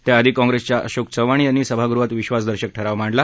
त्याआधी काँग्रेसच्या अशोक चव्हाण यांनी सभागृहात विश्वासदर्शक ठराव मांडला